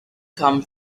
come